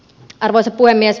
arvoisa puhemies